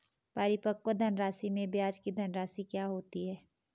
परिपक्व धनराशि में ब्याज की धनराशि क्या होती है?